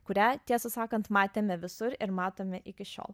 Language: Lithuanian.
kurią tiesą sakant matėme visur ir matome iki šiol